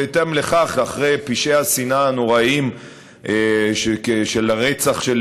בהתאם לכך, אחרי פשעי השנאה הנוראיים של הרצח של